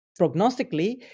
prognostically